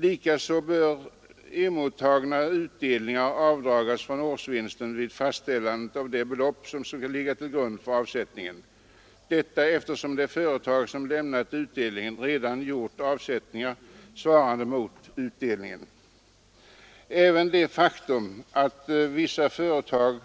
Likaså bör mottagna utdelningar avdragas från årsvinsten vid fastställandet av det belopp som skall ligga till grund för avsättningen, eftersom det företag som lämnat utdelningen redan gjort avsättning svarande mot denna utdelning. Även det faktum att vissa företag